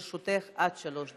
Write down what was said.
לרשותך עד שלוש דקות,